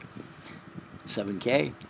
7K